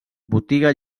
botiga